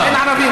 אין ערבים